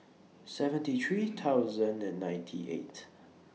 seventy three thousand and ninety eight